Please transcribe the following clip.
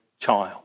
child